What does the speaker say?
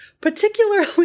particularly